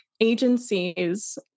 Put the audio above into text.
agencies